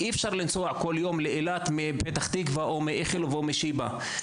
אי אפשר לנסוע כל יום לאילת מפתח תקווה או מאיכילוב או משיבא.